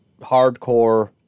hardcore